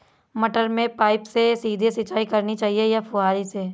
मटर में पाइप से सीधे सिंचाई करनी चाहिए या फुहरी से?